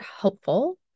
helpful